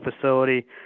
facility